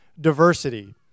diversity